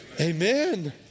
amen